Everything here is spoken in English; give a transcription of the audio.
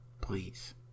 Please